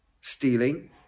stealing